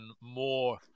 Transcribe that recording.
more